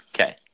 Okay